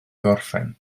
gorffen